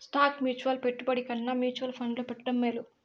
stock mutual పెట్టుబడి కన్నా mutual ఫండ్లో పెట్టడం మేలు